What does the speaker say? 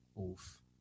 Oof